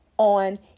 on